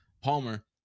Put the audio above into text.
Palmer